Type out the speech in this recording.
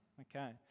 Okay